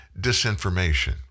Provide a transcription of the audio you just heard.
disinformation